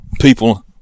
people